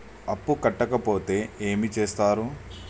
అప్పు కట్టకపోతే ఏమి చేత్తరు?